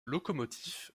lokomotiv